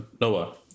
Noah